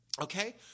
Okay